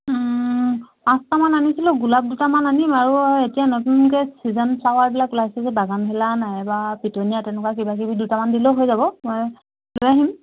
পাঁচটামান আনিছিলোঁ গোলাপ দুটামান আনিম আৰু এতিয়া নতুনকৈ ছিজন ফ্লাৱাৰবিলাক ওলাইছে যে বাগানভেলীয়া নাইবা পিটনীয়া তেনেকুৱা কিবা কিবি দুটামান দিলেও হৈ যাব মই লৈ আহিম